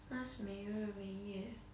what's 没日没夜